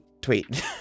tweet